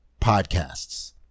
podcasts